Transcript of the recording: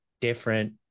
different